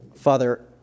Father